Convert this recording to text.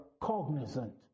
cognizant